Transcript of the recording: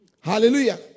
Hallelujah